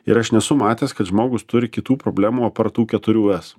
ir aš nesu matęs kad žmogus turi kitų problemų aptart tų keturių es